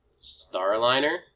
Starliner